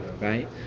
right